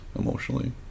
emotionally